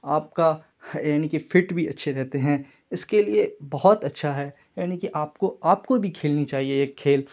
آپ کا یعنی کہ فٹ بھی اچھے رہتے ہیں اس کے لیے بہت اچھا ہے یعنی کہ آپ کو آپ کو بھی کھیلنی چاہیے یہ کھیل